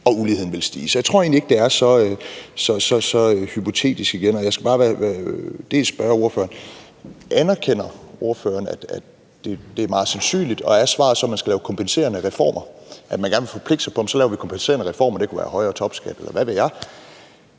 og uligheden ville stige. Så jeg tror egentlig ikke, det er så hypotetisk igen, og jeg skal bare spørge ordføreren: Anerkender ordføreren, at det er meget sandsynligt, og er svaret så, at man skal lave kompenserende reformer? Altså, skal man forpligte sig på at lave kompenserende reformer? Det kunne være højere topskat, eller hvad ved jeg.